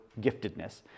giftedness